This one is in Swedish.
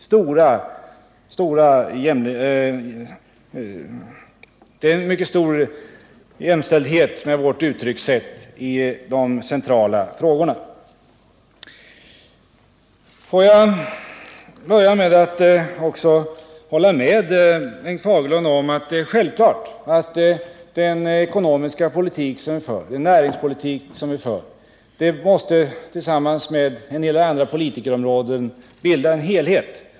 Det är mycket stor överensstämmelse mellan våra uttryckssätt i de centrala frågorna. Låt mig börja med att hålla med Bengt Fagerlund om att det är självklart att den ekonomiska politik och den näringspolitik vi för tillsammans med politiken på en hel del andra områden måste bilda en helhet.